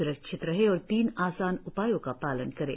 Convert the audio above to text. स्रक्षित रहें और तीन आसान उपायों का पालन करें